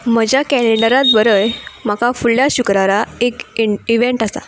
म्हज्या कॅलेंडरांत बरय म्हाका फुडल्या शुक्रारा एक इन इवेंट आसा